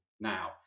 now